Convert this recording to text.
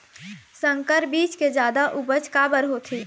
संकर बीज के जादा उपज काबर होथे?